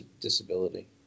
disability